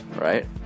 right